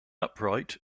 upright